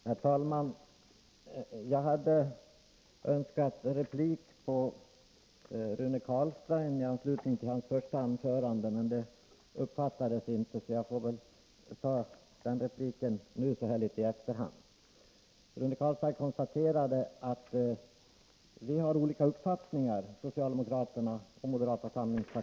Herr talman! Jag hade önskat replik i anslutning till Rune Carlsteins första anförande, men det uppfattades inte. Jag får därför ge den repliken nu, litet i efterhand. Rune Carlstein konstaterade att socialdemokraterna och moderata samlingspartiet har olika uppfattningar på detta område, och jag delar den meningen.